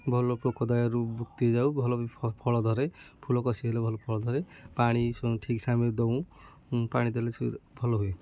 ଭଲ ପୋକଦାୟରୁ ମୁକ୍ତି ହୋଇଯାଉ ଭଲ ଫଳ ଧରେ ଫୁଲ କଷି ହେଲେ ଭଲ ଫଳ ଧରେ ପାଣି ଠିକ୍ ସମୟରେ ଦେଉ ପାଣି ଦେଲେ ସେ ଭଲ ହୁଏ